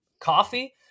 coffee